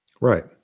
right